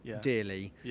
dearly